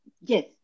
Yes